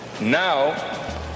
Now